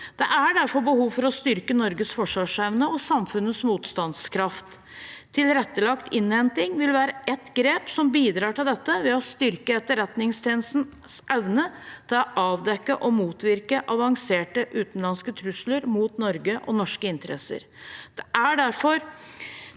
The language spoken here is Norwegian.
Det er derfor behov for å styrke Norges forsvarsevne og samfunnets motstandskraft. Tilrettelagt innhenting vil være et grep som bidrar til dette ved å styrke Etterretningstjenestens evne til å avdekke og motvirke avanserte utenlandske trusler mot Norge og norske interesser.